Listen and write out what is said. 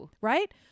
Right